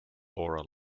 aura